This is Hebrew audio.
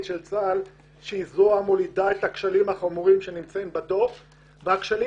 של צה"ל שהיא זו המולידה את הכשלים המופיעים בדוח והכשלים